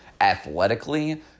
athletically